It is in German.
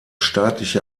staatliche